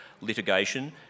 litigation